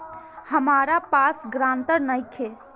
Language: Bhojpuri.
हमरा पास ग्रांटर नइखे?